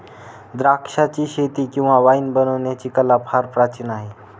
द्राक्षाचीशेती किंवा वाईन बनवण्याची कला फार प्राचीन आहे